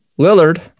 Lillard